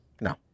No